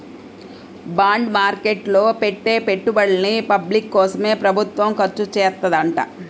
bond market లో పెట్టే పెట్టుబడుల్ని పబ్లిక్ కోసమే ప్రభుత్వం ఖర్చుచేత్తదంట